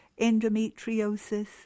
endometriosis